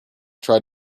tried